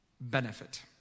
benefit